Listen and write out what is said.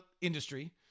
industry